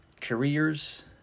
careers